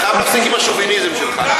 יוסי, אתה חייב להפסיק עם השוביניזם שלך.